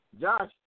Josh